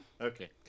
Okay